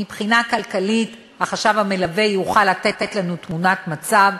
מבחינה כלכלית החשב יוכל לתת לנו תמונת מצב,